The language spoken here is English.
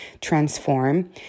transform